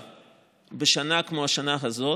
בשנה כמו השנה הזאת,